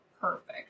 perfect